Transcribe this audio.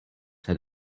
had